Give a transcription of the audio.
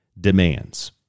demands